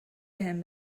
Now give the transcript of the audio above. بهم